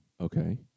Okay